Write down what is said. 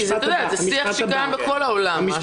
זה שיח שקיים בכל העולם.